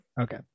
Okay